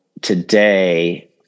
today